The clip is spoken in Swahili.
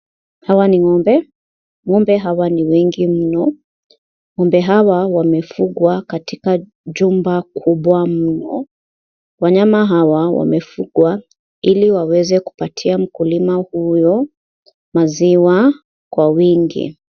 Hawa ni ng'ombe. Ng'ombe hawa ni wengi mno. Ng'ombe hawa wamefugwa katika jumba kubwa mno. Wanyama hawa wamefugwa ili waweze kupatia mkulima huo maziwa kwa wingi.